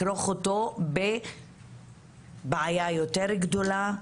לכרוך אותו בבעיה יותר גדולה,